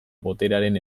boterearen